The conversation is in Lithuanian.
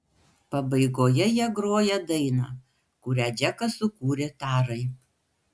pabaigoje jie groja dainą kurią džekas sukūrė tarai